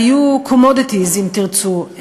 היו commodities אם תרצו,